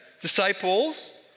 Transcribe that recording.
disciples